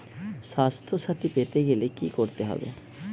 স্বাস্থসাথী পেতে গেলে কি করতে হবে?